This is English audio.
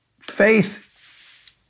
Faith